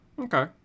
Okay